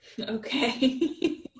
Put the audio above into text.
Okay